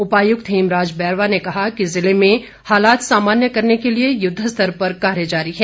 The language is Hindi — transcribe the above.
उपायुक्त हेमराज बैरवा ने कहा कि जिले में हालात सामान्य करने के लिए युद्धस्तर पर कार्य जारी है